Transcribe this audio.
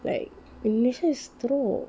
like indonesia is teruk